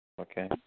Okay